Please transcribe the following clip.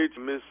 Miss